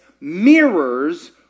mirrors